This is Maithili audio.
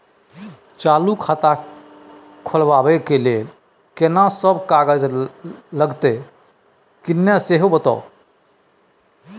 चालू खाता खोलवैबे के लेल केना सब कागज लगतै किन्ने सेहो बताऊ?